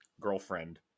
girlfriend